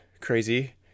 crazy